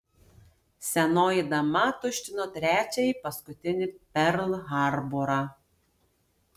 senoji dama tuštino trečiąjį paskutinį perl harborą